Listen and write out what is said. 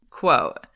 Quote